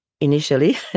initially